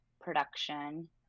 production